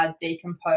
decompose